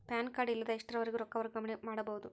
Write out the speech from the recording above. PAN card ಇಲ್ಲದ ಎಷ್ಟರವರೆಗೂ ರೊಕ್ಕ ವರ್ಗಾವಣೆ ಮಾಡಬಹುದು?